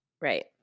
Right